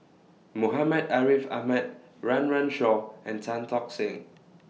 Muhammad Ariff Ahmad Run Run Shaw and Tan Tock Seng